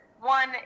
one